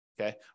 okay